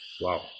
Wow